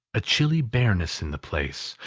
a chilly bareness in the place,